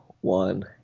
one